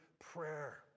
Prayer